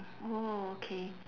orh okay